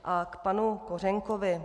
A k panu Kořenkovi.